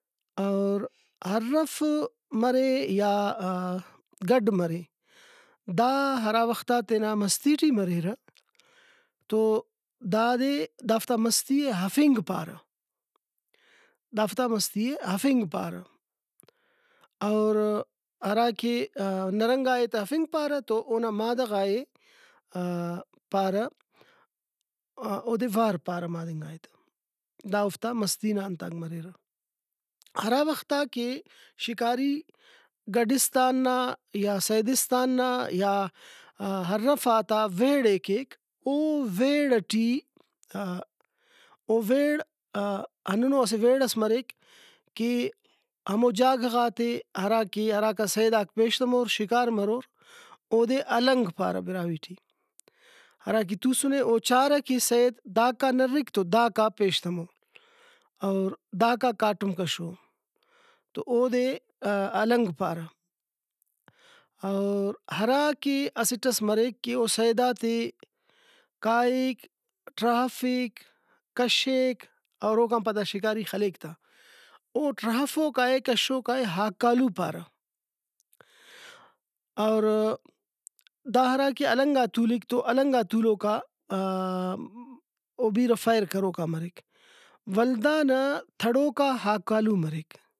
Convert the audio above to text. اور ہرف مرے یا گڈ مرے دا ہرا وختا تینا مستی ٹی مریرہ تو دادے دافتا مستی ہفنگ پارہ دافتا مستی ئے ہفنگ پارہ اور ہراکہ نرنگا ئے تہ ہفنگ پارہ تو اونا مادہ غائے پارہ اودے وار پارہ مادہ ئنگائے تہ دا اوفتا مستی نا انتاک مریرہ۔ ہراوختا کہ شکاری گڈستان نا یا سیدستان نا یا ہرفاتا ویڑئے کیک او ویڑ ئٹی او ویڑ ہندنو اسہ ویڑ ئس مریک کہ ہمو جاگہ غاتے ہرا کہ ہراکا سیداک پیشتمور شکار مرور اودے ہلنگ پارہ براہوئی ٹی ہراکہ تُوسنے او چارہ کہ سید داکا نرک تو داکا پیشتمواور داکا کاٹم کشو تو اودے ہلنگ پارہ۔ اور ہراکہ اسٹ ئس مریک کہ او سیداتے کائک ٹراہفک کشیک اور اوکان پدا شکاری خلیک تا او ٹراہفوکائے کشوکائے ہاکالوپارہ اور دا ہرا کہ ہلنگا تولک تو ہلنگا تولوکا او بیرہ فیر کروکا مریک ولدانا تھڑوکا ہاکالو مریک